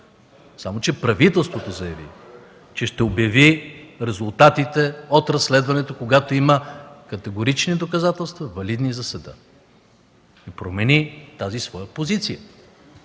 само че правителството заяви, че ще обяви резултатите от разследването, когато има категорични доказателства, валидни за съда, и промени тази своя позиция.